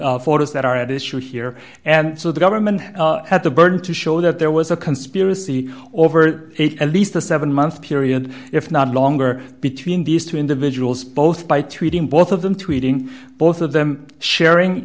forces that are at issue here and so the government has the burden to show that there was a conspiracy or over it at least a seven month period if not longer between these two individuals both by treating both of them through eating both of them sharing